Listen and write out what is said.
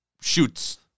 shoots